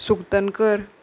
सुक्तनकर